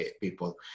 people